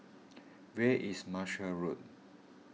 where is Marshall Road